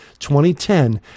2010